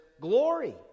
glory